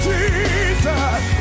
Jesus